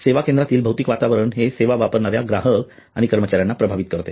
तर सेवा केंद्रातील भौतिक वातावरण हे सेवा वापरणाऱ्या ग्राहक आणि कर्मचाऱ्यांना प्रभावित करते